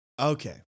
Okay